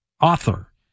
author